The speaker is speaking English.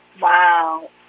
Wow